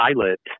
pilot